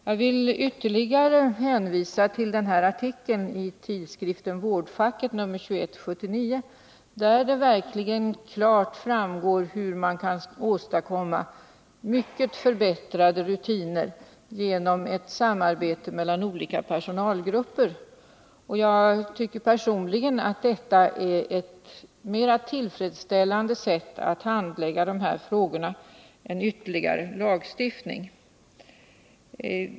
Jag vill än en gång hänvisa till artikeln i tidskriften Vårdfacket nr 21 1979, där det verkligen klart framgår hur man kan åstadkomma mycket förbättrade rutiner genom ett samarbete mellan olika personalgrupper. Personligen tycker jag att detta är ett mer tillfredsställande sätt att handlägga de här frågorna på än genom ytterligare lagstiftning.